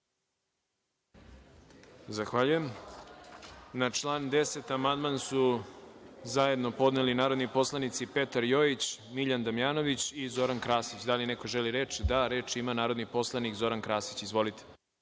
Zahvaljujem. Na član 10. amandman su zajedno podneli narodni poslanici Petar Jojić, Miljan Damjanović i Zoran Krasić. Da li neko želi reč? (Da)Reč ima narodni poslanik Zoran Krasić. Izvolite.